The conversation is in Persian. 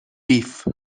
قیف